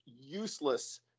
useless